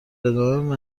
ادامه